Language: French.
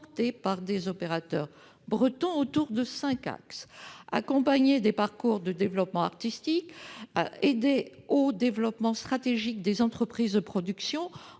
par des opérateurs bretons autour de cinq axes : accompagner des parcours de développement artistique ; aider au développement stratégique des entreprises de production